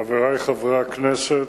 חברי חברי הכנסת,